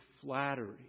flattery